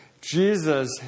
Jesus